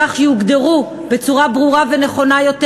כך יוגדרו בצורה ברורה ונכונה יותר